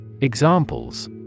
Examples